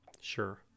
Sure